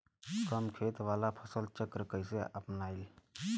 कम खेत वाला फसल चक्र कइसे अपनाइल?